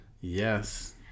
Yes